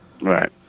Right